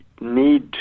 need